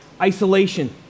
Isolation